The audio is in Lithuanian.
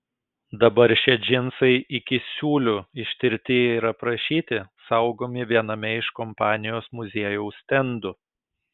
dabar šie džinsai iki siūlių ištirti ir aprašyti saugomi viename iš kompanijos muziejaus stendų